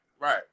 Right